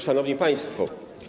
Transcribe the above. Szanowni Państwo!